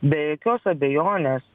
be jokios abejonės